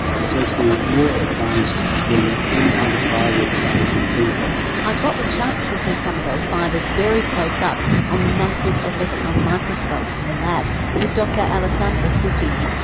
it's actually more advanced than any other fibre that i can think of. i got the chance to see some of those fibres very close up on the massive electron microscopes in the lab with dr alessandra sutti.